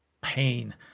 pain